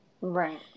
Right